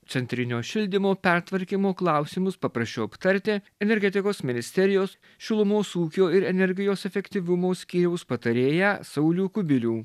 centrinio šildymo pertvarkymo klausimus paprašiau aptarti energetikos ministerijos šilumos ūkio ir energijos efektyvumo skyriaus patarėją saulių kubilių